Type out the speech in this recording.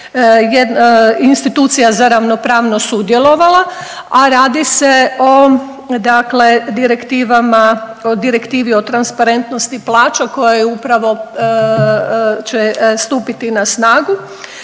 Institucija za ravnopravnost sudjelovala, a radi se o, dakle direktivama, o direktivi o transparentnosti plaća koja je upravo će stupiti na snagu